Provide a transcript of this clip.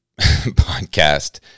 podcast